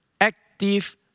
Active